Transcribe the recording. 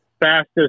fastest